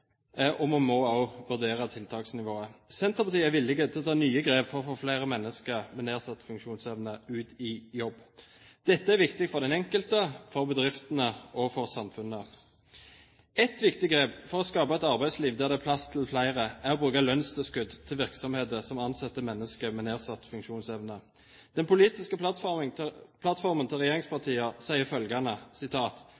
og vi må også vurdere tiltaksnivået. Senterpartiet er villig til å ta nye grep for å få flere mennesker med nedsatt funksjonsevne ut i jobb. Dette er viktig for den enkelte, for bedriftene og for samfunnet. Et viktig grep for å skape et arbeidsliv der det er plass til flere, er å bruke lønnstilskudd til virksomheter som ansetter mennesker med nedsatt funksjonsevne. Den politiske plattformen til regjeringspartiene sier følgende: Regjeringen vil «bruke lønnstilskudd som alternativ til